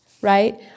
right